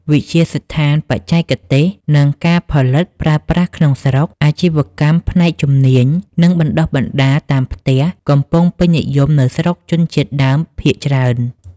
វិទ្យាស្ថានបច្ចេកទេសនិងការផលិតប្រើប្រាស់ក្នុងផ្ទះ អាជីវកម្មផ្នែកជំនាញ និងបណ្ដុះបណ្ដាលតាមផ្ទះកំពុងពេញនិយមនៅស្រុកជនជាតិដើមភាគច្រើន។